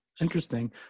interesting